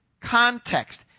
context